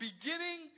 beginning